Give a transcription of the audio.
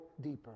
deeper